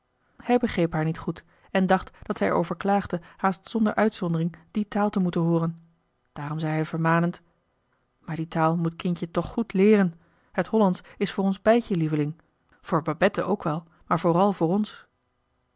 hij begreep haar niet goed en dacht dat zij er over klaagde haast zonder uitzondering die taal te moeten hooren daarom zei hij vermanend maar die taal moet kindje toch goed leeren het hollandsch is voor ons beidjes lieveling voor babette ook wel maar vooral voor ons